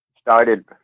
started